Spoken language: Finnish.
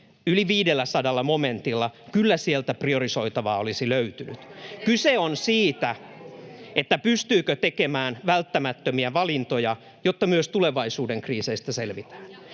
yli 500 momentilla. Kyllä sieltä priorisoitavaa olisi löytynyt. [Antti Lindtman: Kosteikkoviljely!] Kyse on siis siitä, pystyykö tekemään välttämättömiä valintoja, jotta myös tulevaisuuden kriiseistä selvitään.